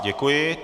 Děkuji.